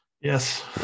Yes